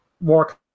more